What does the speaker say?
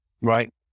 Right